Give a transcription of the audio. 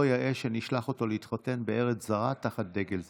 לא יאה שנשלח אותו להתחתן בארץ זרה תחת דגל זר.